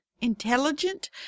intelligent